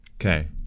Okay